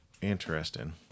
Interesting